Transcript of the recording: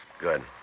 Good